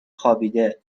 خوابیده